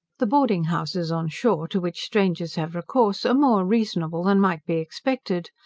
the boarding-houses on shore, to which strangers have recourse, are more reasonable than might be expected.